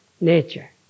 nature